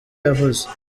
yavuze